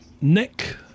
Nick